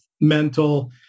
mental